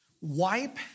wipe